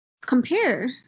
compare